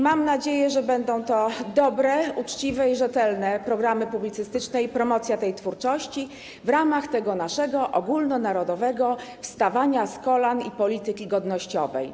Mam nadzieję, że będą to dobre, uczciwe i rzetelne programy publicystyczne i promocja tej twórczości w ramach naszego ogólnonarodowego wstawania z kolan i naszej polityki godnościowej.